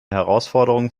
herausforderung